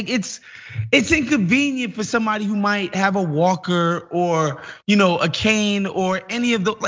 it's it's inconvenient for somebody who might have a walker or you know a cane or any of that.